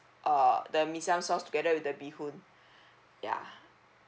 uh the mee siam sauce together with the bee hoon ya